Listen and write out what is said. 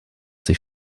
sich